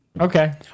Okay